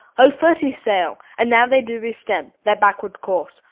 of thirty sail and now they do re-stem their backward course,